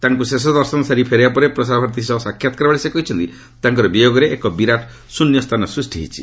ତାଙ୍କୁ ଶେଷ ଦର୍ଶନ ସାରି ଫେରିବା ପରେ ପ୍ରସାରଭାରତୀ ସହ ସାକ୍ଷାତକାର ବେଳେ ସେ କହିଛନ୍ତି ତାଙ୍କର ବିୟୋଗରେ ଏକ ବିରାଟ୍ ଶ୍ରନ୍ୟସ୍ଥାନ ସୃଷ୍ଟି ହୋଇଛି